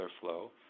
flow